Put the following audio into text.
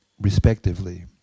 respectively